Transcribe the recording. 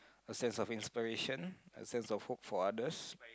a sense of inspiration a sense of hope for others